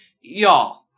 Y'all